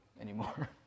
anymore